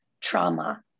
trauma